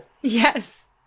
Yes